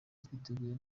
twiteguye